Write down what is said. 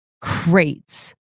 crates